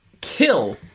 kill